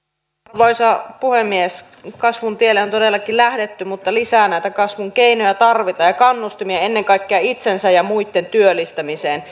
arvoisa puhemies kasvun tielle on todellakin lähdetty mutta lisää näitä kasvun keinoja tarvitaan ja kannustimia ennen kaikkea itsensä ja muitten työllistämiseen